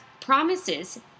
promises